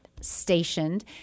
stationed